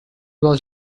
was